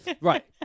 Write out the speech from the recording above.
Right